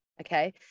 okay